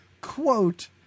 quote